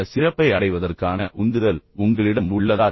அந்த சிறப்பை அடைவதற்கான உந்துதல் உங்களிடம் உள்ளதா